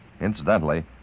Incidentally